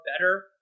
better